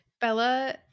Bella